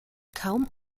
kaum